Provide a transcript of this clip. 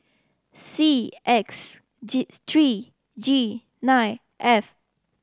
C X G three G nine F